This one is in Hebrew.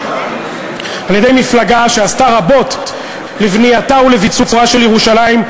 על-ידי מפלגה שעשתה רבות לבנייתה ולביצורה של ירושלים,